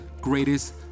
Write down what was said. greatest